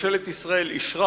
שממשלת ישראל אישרה,